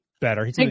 better